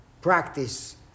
Practice